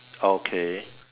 okay